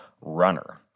runner